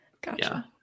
Gotcha